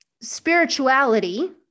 spirituality